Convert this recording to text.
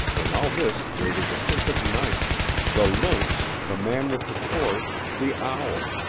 in all this there was a hint of night the lynx, the man with the torch, the owl.